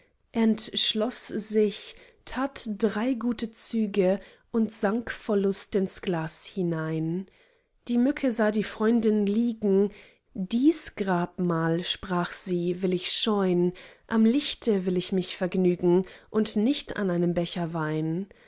entschloß sich tat drei gute züge und sank vor lust ins glas hinein die mücke sah die freundin liegen dies grabmal sprach sie will ich scheun am lichte will ich mich vergnügen und nicht an einem becher wein